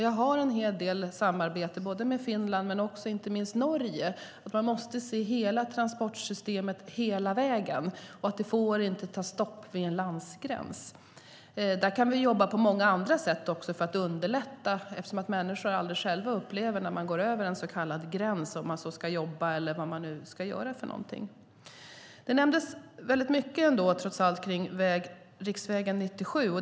Jag har en hel del samarbete med Finland och inte minst Norge. Man måste se hela transportsystemet hela vägen. Det får inte ta stopp vid en landsgräns. Där kan vi också jobba på många andra sätt för att underlätta. Människor själva upplever aldrig att de går över en så kallad gräns när de ska jobba eller vad de nu ska göra för någonting. Det har talats en hel del om riksväg 97.